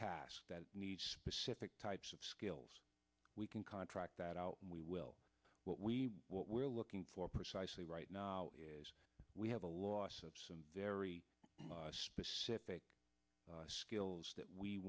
tasks that need specific types of skills we can contract that out and we will what we what we're looking for precisely right now we have a loss of some very skills that we